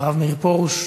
למעלה מ-10 מיליון